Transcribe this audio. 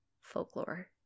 folklore